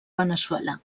veneçuela